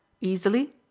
Easily